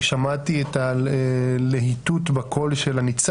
אני שמעתי את הלהיטות בקול של התת